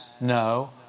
no